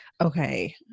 okay